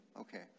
Okay